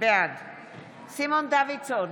בעד סימון דוידסון,